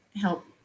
help